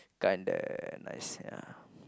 kinda nice ya